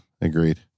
agreed